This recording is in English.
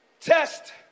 test